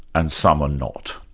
and some are not.